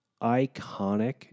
iconic